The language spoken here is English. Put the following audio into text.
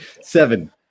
Seven